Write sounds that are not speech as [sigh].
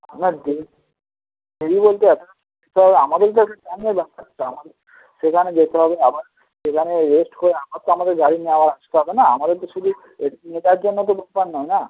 আপনার দেরি দেরি বলতে [unintelligible] তো আমাদেরই তো একটু টাইম লাগবে [unintelligible] আমাদের সেখানে যেতে হবে আবার সেখানে রেস্ট করে আবার তো আমাদের গাড়ি নিয়ে আবার আসতে হবে না আমাদের তো শুধু এটার জন্য তো ব্যাপার নয় না